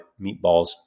meatballs